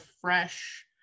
fresh